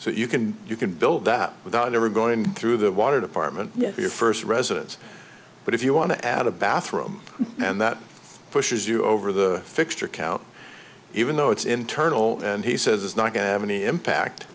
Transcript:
so you can you could build that without ever going through the water department your first residence but if you want to add a bathroom and that pushes you over the fixture count even though it's internal and he says it's not going to any impact